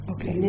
Okay